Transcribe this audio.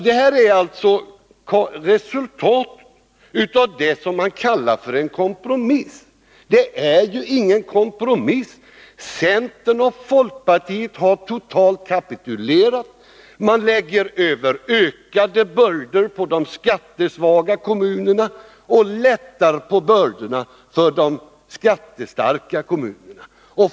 Detta är alltså resultatet av det som man kallar för en kompromiss. Det är ju ingen kompromiss. Centern och folkpartiet har totalt kapitulerat. Man lägger över ökade bördor på de skattesvaga kommunerna och lättar på bördorna för de skattestarka kommunerna.